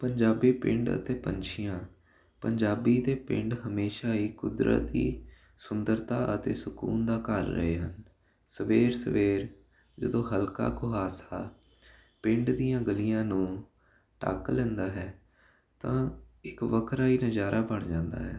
ਪੰਜਾਬੀ ਪਿੰਡ ਅਤੇ ਪੰਛੀਆਂ ਪੰਜਾਬ ਦੇ ਪਿੰਡ ਹਮੇਸ਼ਾ ਹੀ ਕੁਦਰਤ ਦੀ ਸੁੰਦਰਤਾ ਅਤੇ ਸਕੂਨ ਦਾ ਘਰ ਰਹੇ ਹਨ ਸਵੇਰ ਸਵੇਰ ਜਦੋਂ ਹਲਕਾ ਕੁ ਹਾਸਾ ਪਿੰਡ ਦੀਆਂ ਗਲੀਆਂ ਨੂੰ ਢੱਕ ਲੈਂਦਾ ਹੈ ਤਾਂ ਇੱਕ ਵੱਖਰਾ ਹੀ ਨਜ਼ਾਰਾ ਬਣ ਜਾਦਾ ਹੈ